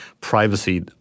privacy